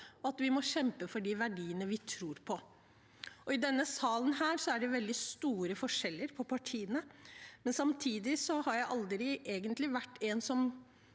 og vi må kjempe for de verdiene vi tror på. I denne salen er det veldig store forskjeller på partiene, men samtidig har jeg aldri vært en som